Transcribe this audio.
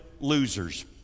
losers